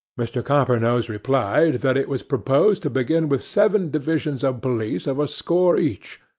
mr. coppernose replied, that it was proposed to begin with seven divisions of police of a score each,